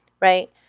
right